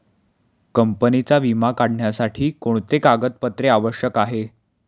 कंपनीचा विमा काढण्यासाठी कोणते कागदपत्रे आवश्यक आहे?